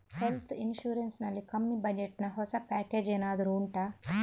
health insurance ನಲ್ಲಿ ಕಮ್ಮಿ budget ನ ಹೊಸ ಪ್ಯಾಕೇಜ್ ಏನಾದರೂ ಉಂಟಾ